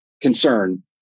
concern